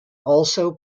also